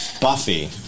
Buffy